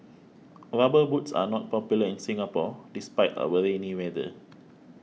rubber boots are not popular in Singapore despite our rainy weather